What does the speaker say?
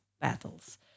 battles